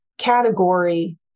category